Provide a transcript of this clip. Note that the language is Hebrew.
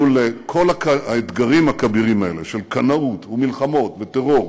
מול כל האתגרים הכבירים האלה של מלחמה בקנאות